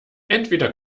entweder